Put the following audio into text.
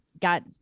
got